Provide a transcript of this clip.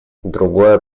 другое